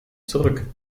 zurück